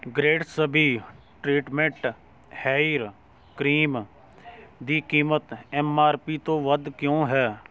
ਗ੍ਰੇਟਸਬੀ treatment hair cream ਦੀ ਕੀਮਤ M R P ਤੋਂ ਵੱਧ ਕਿਉਂ ਹੈ